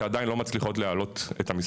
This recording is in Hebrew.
שעדיין לא מצליחות להעלות את המסמכים.